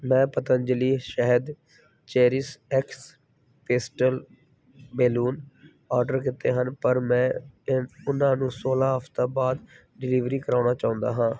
ਮੈਂ ਪਤੰਜਲੀ ਸ਼ਹਿਦ ਚੇਰੀਸ਼ਐਕਸ ਪੇਸਟਲ ਬੇਲੂੂਨ ਔਰਡਰ ਕੀਤੇ ਹਨ ਪਰ ਮੈਂ ਉਹਨਾਂ ਨੂੰ ਸੌਲ੍ਹਾਂ ਹਫ਼ਤਾ ਬਾਅਦ ਡਿਲੀਵਰੀ ਕਰਵਾਉਣਾ ਚਾਹੁੰਦਾ ਹਾਂ